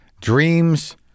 Dreams